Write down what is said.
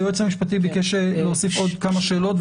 היועץ המשפטי ביקש להוסיף עוד כמה שאלות,